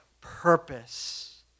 purpose